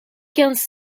quinze